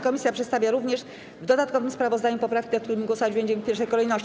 Komisja przedstawia również w dodatkowym sprawozdaniu poprawki, nad którymi głosować będziemy w pierwszej kolejności.